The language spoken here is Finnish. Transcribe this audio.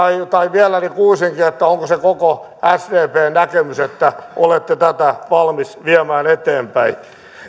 vielä huusinkin että se on koko sdpn näkemys että olette tätä valmiita viemään eteenpäin